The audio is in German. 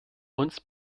uns